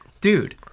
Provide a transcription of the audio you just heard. dude